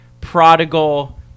prodigal